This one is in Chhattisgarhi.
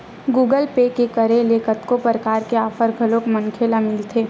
गुगल पे के करे ले कतको परकार के आफर घलोक मनखे ल मिलथे